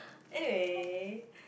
anyway